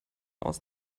aus